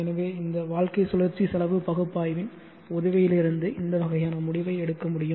எனவே இந்த வாழ்க்கை சுழற்சி செலவு பகுப்பாய்வின் உதவியிலிருந்து இந்த வகையான முடிவை எடுக்க முடியும்